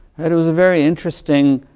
and it was a very interesting